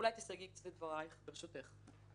שאולי תסייגי קצת את דברייך, ברשותך.